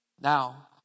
Now